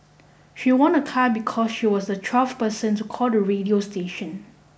she won a car because she was the twelfth person to call the radio station